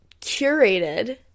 curated